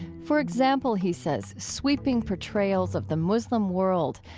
for example, he says, sweeping portrayals of the muslim world,